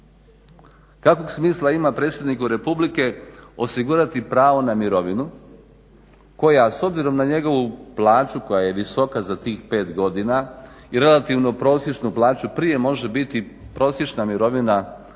Kakvog smisla ima predsjedniku Republike osigurati pravo na mirovinu koja s obzirom na njegovu plaću koja je visoka za tih pet godina i relativno prosječnu plaću prije može biti prosječna mirovina ili